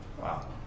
Wow